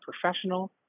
professional